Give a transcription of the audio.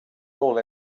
all